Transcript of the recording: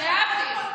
להבדיל.